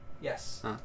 Yes